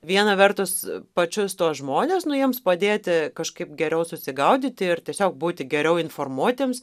viena vertus pačius tuos žmones nu jiems padėti kažkaip geriau susigaudyti ir tiesiog būti geriau informuotiems